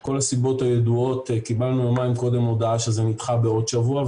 כל הסיבות הידועות קיבלו יומיים קודם הודעה שזה נדחה בעוד שבוע,